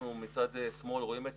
מצד שמאל רואים את